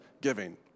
giving